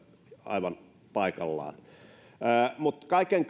aivan paikallaan mutta kaiken